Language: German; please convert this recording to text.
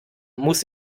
muss